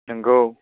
नंगौ